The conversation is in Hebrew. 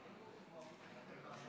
שלוש